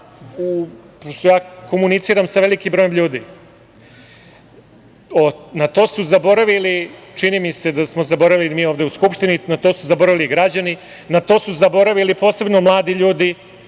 ja komuniciram sa velikim brojem ljudi, na to su zaboravili, čini mi smo zaboravili mi ovde u Skupštini, na to su zaboravili građani, na to su zaboravili posebno mladi ljudi,